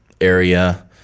area